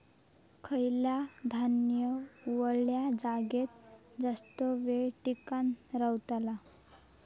खयला धान्य वल्या जागेत जास्त येळ टिकान रवतला?